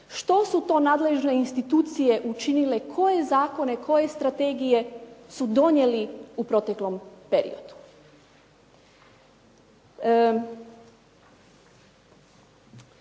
Što su to nadležne institucije učinile, koje zakone, koje strategije su donijeli u proteklom periodu.